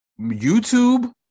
YouTube